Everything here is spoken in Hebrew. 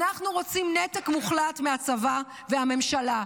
אנחנו רוצים נתק מוחלט מהצבא והממשלה.